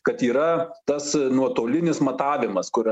kad yra tas nuotolinis matavimas kur